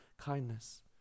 kindness